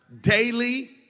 Daily